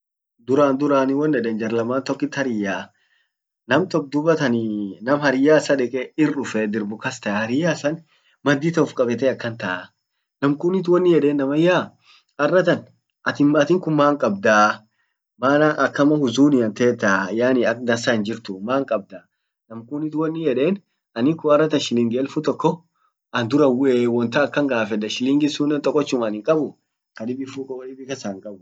duran durani won yeden jar lamman tokkit hariyya. Nam tok dubattan nam hariyya issa deke irduffee dirbu kas tae. Hariyya issan maddi tan uf kabete akan taa, nam kunnit winnin yeden namanyaa arratan atin atinkun man kabdaa? Maana akama huzunian tetaa. yaani ak dansa hinjirtu maan kabdaa? nam kunnit wonin yeden anin kun arratan shilingi elfu tokko andura bue, won tan akan gaffeda shillingin sunnen tokocchum anin kaabu kadibi fuko kaabu.